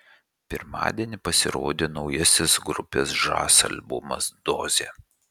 pirmadienį pasirodė naujasis grupės žas albumas dozė